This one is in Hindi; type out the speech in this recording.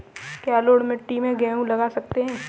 क्या जलोढ़ मिट्टी में गेहूँ लगा सकते हैं?